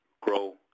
grow